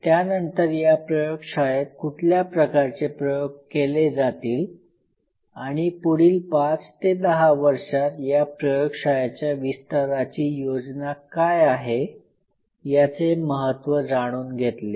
त्यानंतर या प्रयोगशाळेत कुठल्या प्रकारचे प्रयोग केले जातील आणि पुढील पाच ते दहा वर्षात या प्रयोगशाळेच्या विस्ताराची योजना काय आहे याचे महत्त्व जाणून घेतले